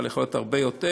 אבל יכול להיות הרבה יותר,